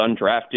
undrafted